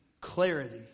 clarity